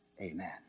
Amen